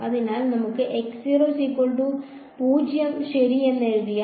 അതിനാൽ നമുക്ക് ശരി എന്ന് എഴുതാം